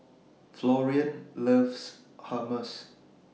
Florian loves Hummus